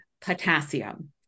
potassium